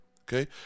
okay